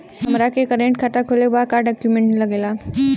हमारा के करेंट खाता खोले के बा का डॉक्यूमेंट लागेला?